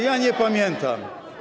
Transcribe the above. Ja nie pamiętam.